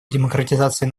демократизации